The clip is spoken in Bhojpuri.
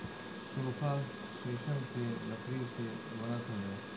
सोफ़ा शीशम के लकड़ी से बनत हवे